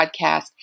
podcast